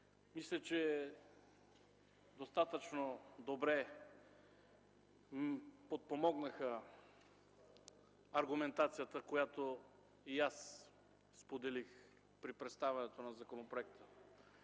Мисля, че достатъчно и добре подпомогнаха аргументацията, която и аз споделих при представянето на законопроекта.